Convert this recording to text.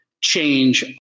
change